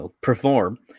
perform